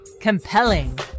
compelling